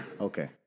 Okay